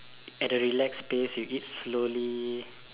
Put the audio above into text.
at a relax pace you eat slowly